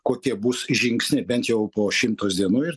kokie bus žingsniai bent jau po šimtos dienų ir